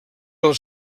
del